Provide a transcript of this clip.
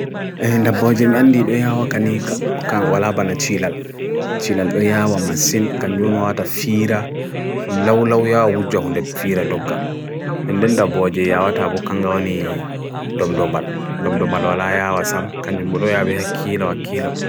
Jangoɗe maa kanko hokkita mon, fiinooɓe saama kanjum-ma tefa, waɗi a ɗaande kanko ndyaan, e hokkita aɗaande hoore.